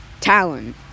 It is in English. Talon